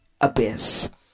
abyss